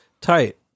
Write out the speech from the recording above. tight